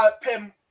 Pim